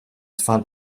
tfal